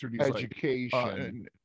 education